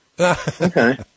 Okay